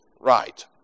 right